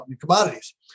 commodities